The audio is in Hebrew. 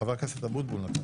חבר הכנסת אבוטבול נתן